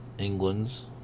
England's